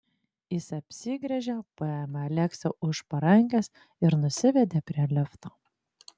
jis apsigręžė paėmė aleksę už parankės ir nusivedė prie lifto